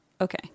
Okay